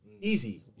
Easy